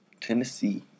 Tennessee